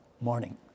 morning